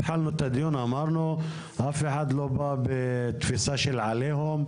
התחלנו את הדיון אמרנו אף אחד לא בא בתפיסה של עליהום,